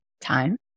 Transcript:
time